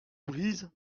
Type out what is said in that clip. brise